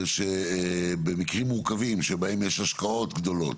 זה שבמקרים מורכבים שבהם יש השקעות גדולות,